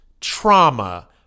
Trauma